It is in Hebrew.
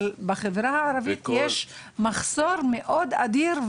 אבל בחברה הערבית מדובר במחסור כזה אדיר.